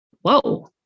whoa